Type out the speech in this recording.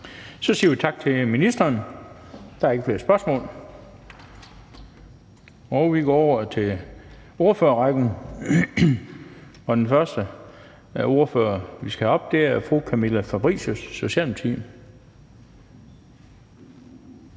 Så siger vi tak til ministeren. Der er ikke flere spørgsmål. Vi går over til ordførerrækken, og den første ordfører, vi skal have herop, er fru Camilla Fabricius, Socialdemokratiet.